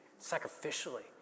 sacrificially